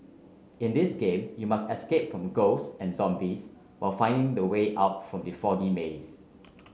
in this game you must escape from ghosts and zombies while finding the way out from the foggy maze